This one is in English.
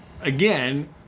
again